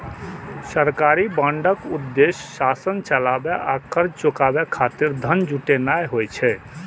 सरकारी बांडक उद्देश्य शासन चलाबै आ कर्ज चुकाबै खातिर धन जुटेनाय होइ छै